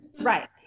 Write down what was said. Right